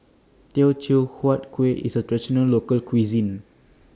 Teochew Huat Kueh IS A Traditional Local Cuisine